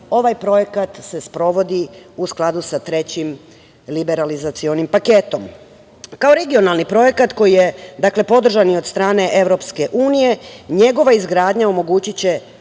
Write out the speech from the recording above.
ovaj projekat se sprovodi u skladu sa trećim liberalizacionim paketom. Kao regionalni projekat koji je podržan i od strane EU, njegova izgradnja omogućiće